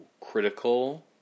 critical